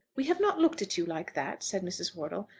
we have not looked at you like that, said mrs. wortle.